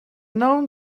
known